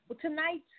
Tonight